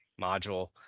module